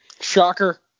Shocker